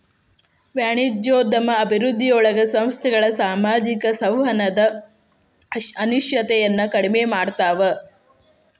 ವಾಣಿಜ್ಯೋದ್ಯಮ ಅಭಿವೃದ್ಧಿಯೊಳಗ ಸಂಸ್ಥೆಗಳ ಸಾಮಾಜಿಕ ಸಂವಹನದ ಅನಿಶ್ಚಿತತೆಯನ್ನ ಕಡಿಮೆ ಮಾಡ್ತವಾ